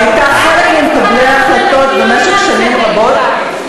"והייתה חלק ממקבלי ההחלטות במשך שנים רבות,